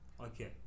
okay